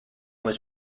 was